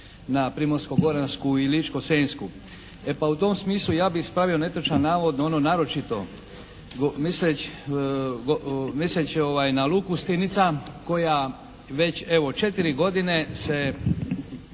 na Primorsko-goransku i Ličko-senjsku. E pa u tom smislu ja bih ispravio netočan navod na ono naročito misleći na luku Stinica koja već evo 4 godine se